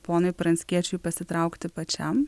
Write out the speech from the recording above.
ponui pranckiečiui pasitraukti pačiam